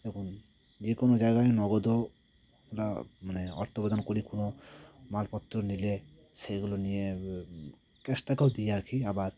দেখুন যে কোনো জায়গায় নগদও আমরা মানে অর্থ প্রদান করি কোনো মালপত্র নিলে সেগুলো নিয়ে ক্যাশ টাকাও দিয়ে রাখি আবার